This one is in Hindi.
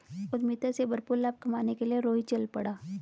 उद्यमिता से भरपूर लाभ कमाने के लिए रोहित चल पड़ा